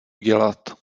dělat